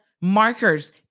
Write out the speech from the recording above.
markers